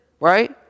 right